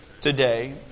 today